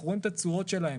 אנחנו רואים את התשואות שלהם,